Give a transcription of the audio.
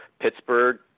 Pittsburgh